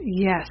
Yes